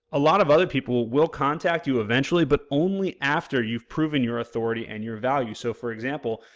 a lot of other people will contact you eventually but only after you've proven your authority and your value. so for example,